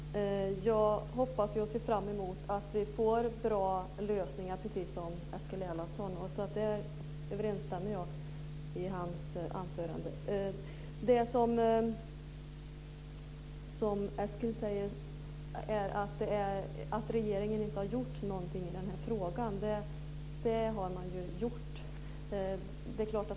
Herr talman! Jag ser liksom Eskil Erlandsson fram emot att vi får goda lösningar på dessa frågor. Jag instämmer i hans anförande. Eskil säger att regeringen inte har gjort någonting i den här frågan, men det har den.